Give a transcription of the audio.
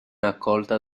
accolta